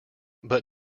but